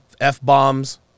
F-bombs